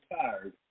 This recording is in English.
tired